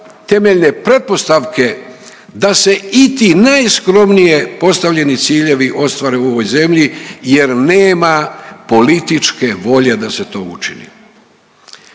temeljne pretpostavke da se i ti najskromnije postavljeni ciljevi ostvare u ovoj zemlji jer nema političke volje da se to učini.